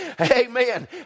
amen